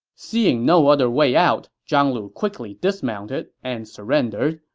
seeing no other way out, zhang lu quickly dismounted and surrendered.